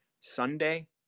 Sunday